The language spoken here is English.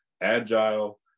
agile